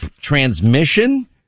transmission